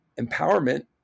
empowerment